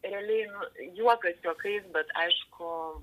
realiai nu juokas juokais bet aišku